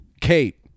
Kate